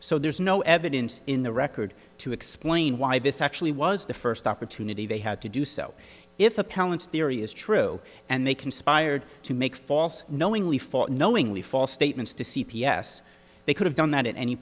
so there's no evidence in the record to explain why this actually was the first opportunity they had to do so if appellants theory is true and they conspired to make false knowingly false knowingly false statements to c p s they could have done that at any